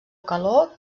calor